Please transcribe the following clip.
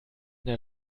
der